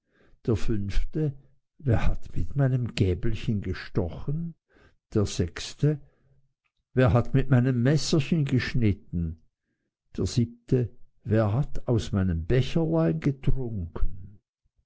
der fünfte wer hat mit meinem gäbelchen gestochen der sechste wer hat mit meinem messerchen geschnitten der siebente wer hat aus meinem becherlein getrunken